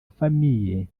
famille